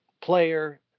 player